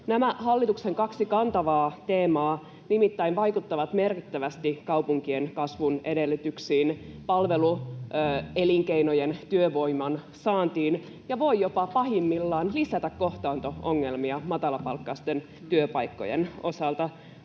Nämä hallituksen kaksi kantavaa teemaa nimittäin vaikuttavat merkittävästi kaupunkien kasvun edellytyksiin ja palveluelinkeinojen työvoiman saantiin ja voivat jopa pahimmillaan lisätä kohtaanto-ongelmia matalapalkkaisten työpaikkojen osalta.